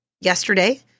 Yesterday